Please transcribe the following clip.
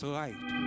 light